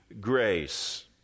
grace